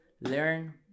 learn